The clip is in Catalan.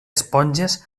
esponges